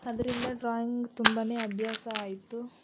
ಅದರಿಂದ ಡ್ರಾಯಿಂಗ್ ತುಂಬ ಅಭ್ಯಾಸ ಆಯಿತು